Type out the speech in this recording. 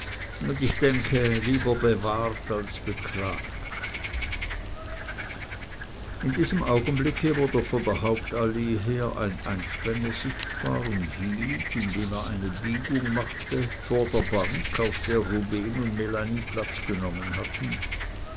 un ich denke lieber bewahrt als beklagt in diesem augenblicke wurde von der hauptallee her ein einspänner sichtbar und hielt indem er eine biegung machte vor der bank auf der rubehn und melanie platz genommen hatten